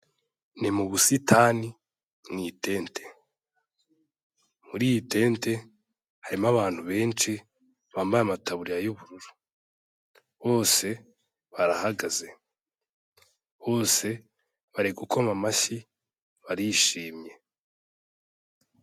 Ni mu busitani mu itente, muri iyi tente harimo abantu benshi bambaye amataburiya y'ubururu, bose barahagaze, bose bari gukoma amashyi barishimye.